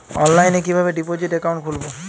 অনলাইনে কিভাবে deposit account খুলবো?